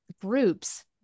groups